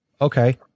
okay